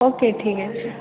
ଓ କେ ଠିକ୍ ଅଛି